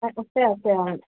তাত আছে আছে অঁ